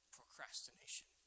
Procrastination